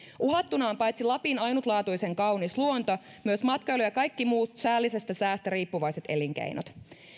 uhattuna on paitsi lapin ainutlaatuisen kaunis luonto myös matkailu ja kaikki muut säällisestä säästä riippuvaiset elinkeinot